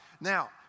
Now